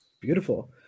Beautiful